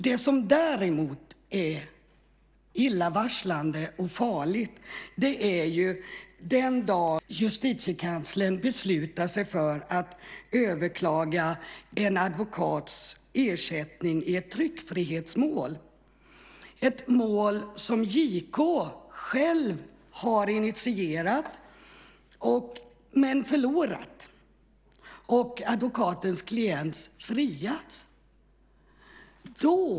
Det som däremot är illavarslande och farligt är den dagen Justitiekanslern beslutar sig för att överklaga en advokats ersättning i ett tryckfrihetsmål, ett mål som JK själv har initierat men förlorat och där advokatens klient friats.